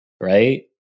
right